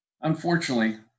Unfortunately